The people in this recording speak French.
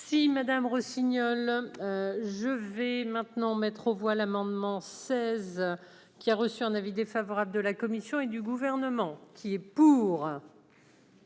Si Madame Rossignol je vais maintenant mettre aux voix l'amendement 16 qui a reçu un avis défavorable de la Commission et du gouvernement qui est pour.